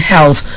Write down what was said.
Health